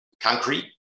concrete